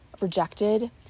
rejected